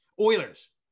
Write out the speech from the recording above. Oilers